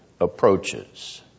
approaches